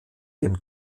dem